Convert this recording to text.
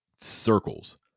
circles